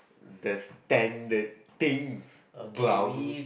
the standard things balls